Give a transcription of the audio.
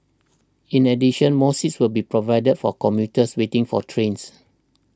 in addition more seats will be provided for commuters waiting for trains